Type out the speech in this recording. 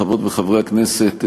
חברות וחברי הכנסת,